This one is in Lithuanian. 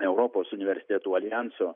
europos universitetų aljanso